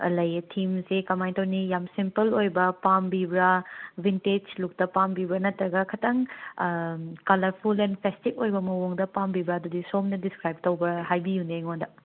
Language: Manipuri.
ꯊꯤꯝꯁꯦ ꯀꯃꯥꯏꯅ ꯇꯧꯅꯤ ꯌꯥꯝ ꯁꯤꯝꯄꯜ ꯑꯣꯏꯕ ꯄꯥꯝꯕꯤꯕ꯭ꯔ ꯚꯤꯟꯇꯦꯖ ꯂꯨꯛꯇ ꯄꯥꯝꯕꯤꯕ꯭ꯔ ꯅꯠꯇ꯭ꯔꯒ ꯈꯇꯪ ꯀꯂꯔꯐꯨꯜ ꯑꯦꯟ ꯐꯦꯁꯇꯤꯕ ꯑꯣꯏꯕ ꯃꯑꯣꯡꯗ ꯄꯥꯝꯕꯤꯕ꯭ꯔ ꯑꯗꯨꯗꯤ ꯁꯣꯝꯅ ꯗꯤꯁꯀ꯭ꯔꯥꯏꯕ ꯇꯧꯕ ꯍꯥꯏꯕꯤꯌꯨꯅꯦ ꯑꯩꯉꯣꯟꯗ